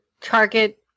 target